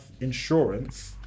insurance